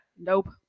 Nope